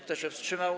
Kto się wstrzymał?